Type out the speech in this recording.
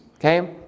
Okay